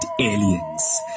aliens